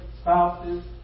spouses